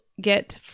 get